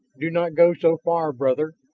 do not go so far, brother,